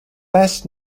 best